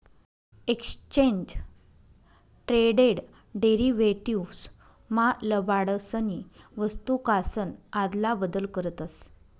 exchange traded derivatives मा लबाडसनी वस्तूकासन आदला बदल करतस